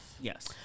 Yes